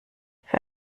für